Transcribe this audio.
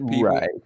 Right